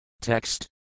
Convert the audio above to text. Text